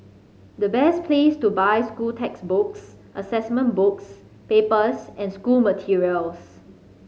the best place to buy school textbooks assessment books papers and school materials